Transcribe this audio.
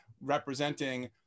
representing